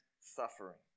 suffering